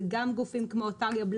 זה גם לגופים כמו בלנדר,